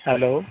hello